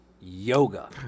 yoga